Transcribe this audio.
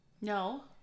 no